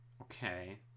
Okay